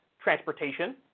transportation